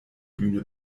bühne